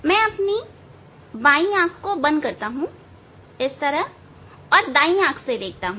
मैं अपनी बाईं आंख बंद करता हूं और अपनी दाईं आंख से देखता हूं